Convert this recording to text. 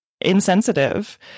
insensitive